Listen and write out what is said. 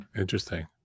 interesting